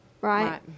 Right